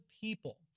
people